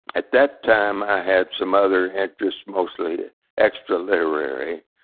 at that time, i had some other interests, mostly extra-literary,